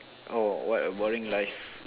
oh what a boring life